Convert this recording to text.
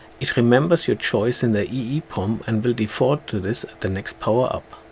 it remembers your choice in the eeprom and will default to this at the next power up.